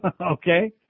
Okay